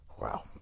Wow